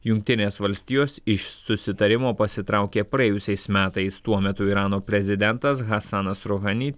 jungtinės valstijos iš susitarimo pasitraukė praėjusiais metais tuo metu irano prezidentas hasanas rohani